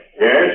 Yes